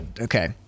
okay